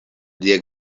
lia